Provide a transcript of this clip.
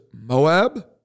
Moab